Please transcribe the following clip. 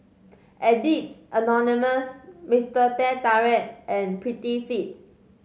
Addicts Anonymous Mister Teh Tarik and Prettyfit